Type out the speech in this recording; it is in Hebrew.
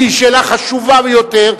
שהיא שאלה חשובה ביותר,